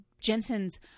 Jensen's